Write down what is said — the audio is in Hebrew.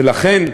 ולכן אמרנו,